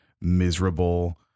miserable